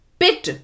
pit